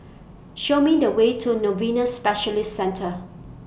Show Me The Way to Novena Specialist Centre